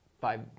five